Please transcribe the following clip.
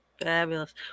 Fabulous